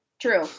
true